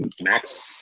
Max